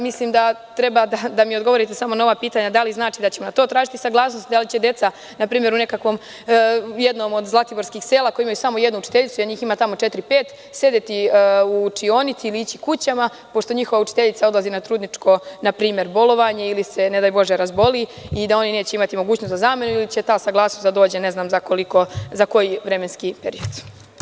Mislim da ste mi dužni odgovor na ova pitanja – da li znači da ćemo na to tražiti saglasnost, da li će deca u jednom od zlatiborskih sela koja imaju samo jednu učiteljicu, a njih ima tamo četiri, pet, sedeti u učionici ili ići kućama, pošto njihova učiteljica odlazi na trudničko bolovanje ili se, ne daj bože, razboli i da li će oni imati mogućnost za zamenu, ili će ta saglasnost da dođe za koji vremenski period?